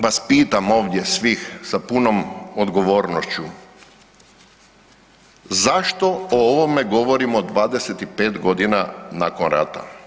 Zato vas pitam ovdje svih sa punom odgovornošću, zašto o ovome govorimo 25 godina nakon rata?